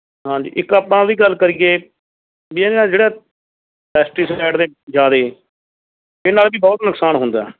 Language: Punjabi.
ਹਾਂਜੀ ਇੱਕ ਆਪਾਂ ਉਹ ਵੀ ਗੱਲ ਕਰੀਏ ਵੀ ਇਹ ਨਾ ਜਿਹੜੇ ਪੈਸਟੀਸਾਈਡ ਨੇ ਜ਼ਿਆਦੇ ਇਹਦੇ ਨਾਲ ਵੀ ਬਹੁਤ ਨੁਕਸਾਨ ਹੁੰਦਾ